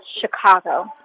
Chicago